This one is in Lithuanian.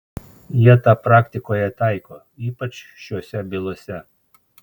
jie tą praktikoje taiko ypač šiose bylose